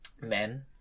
Men